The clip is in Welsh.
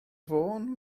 fôn